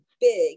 big